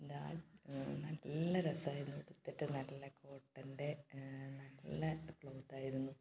ഇടാൻ നല്ല രസമായിരുന്നു ഉടുത്തിട്ട് നല്ല കോട്ടൻ്റെ നല്ല ക്ലോത്തായിരുന്നു